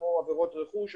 כמו עבירות רכוש,